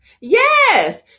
yes